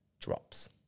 Drops